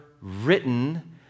written